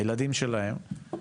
הילדים שלהם,